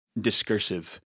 discursive